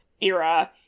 era